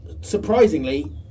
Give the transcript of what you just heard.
surprisingly